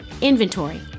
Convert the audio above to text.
inventory